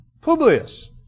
Publius